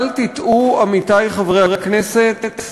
אל תטעו, עמיתי חברי הכנסת,